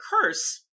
curse